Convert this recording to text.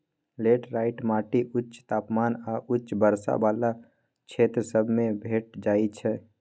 laterite माटि उच्च तापमान आऽ उच्च वर्षा वला क्षेत्र सभ में भेंट जाइ छै